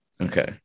Okay